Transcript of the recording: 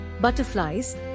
butterflies